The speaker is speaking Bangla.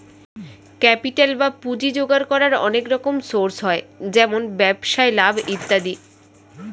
ক্যাপিটাল বা পুঁজি জোগাড় করার অনেক রকম সোর্স হয়, যেমন ব্যবসায় লাভ ইত্যাদি